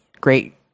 great